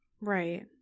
Right